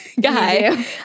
guy